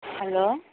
hello